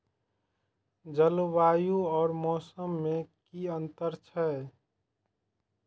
जलवायु और मौसम में कि अंतर छै?